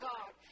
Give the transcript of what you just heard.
God